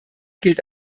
gilt